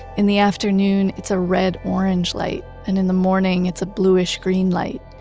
in the afternoon it's a red-orange light and in the morning it's a bluish green light.